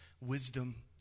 wisdom